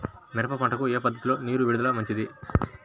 మిరప పంటకు ఏ పద్ధతిలో నీరు విడుదల మంచిది?